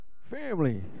family